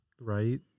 Right